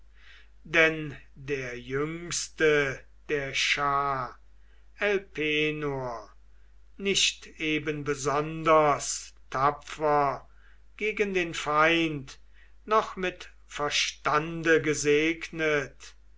denn der jüngste der schar elpenor nicht eben besonders tapfer gegen den feind noch mit verstande gesegnet